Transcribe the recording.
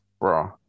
Bro